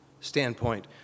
standpoint